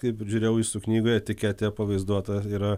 kaip žiūrėjau jūsų knygoje etiketėje pavaizduota yra